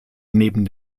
neben